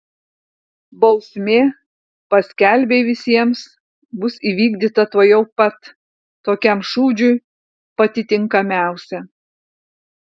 bausmė paskelbei visiems bus įvykdyta tuojau pat tokiam šūdžiui pati tinkamiausia